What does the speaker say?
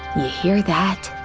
hear that?